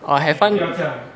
orh have fun